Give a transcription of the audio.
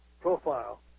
profile